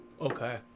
Okay